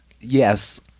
yes